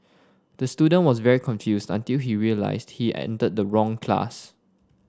the student was very confused until he realised he entered the wrong class